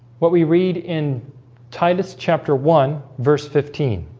what we read in titus chapter one verse fifteen